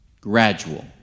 gradual